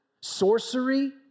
sorcery